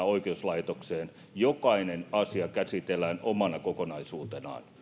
oikeuslaitokseen ja jokainen asia käsitellään omana kokonaisuutenaan